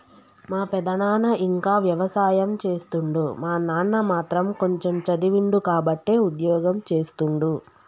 మా పెదనాన ఇంకా వ్యవసాయం చేస్తుండు మా నాన్న మాత్రం కొంచెమ్ చదివిండు కాబట్టే ఉద్యోగం చేస్తుండు